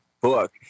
book